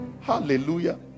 Hallelujah